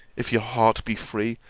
if your heart be free,